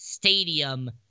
stadium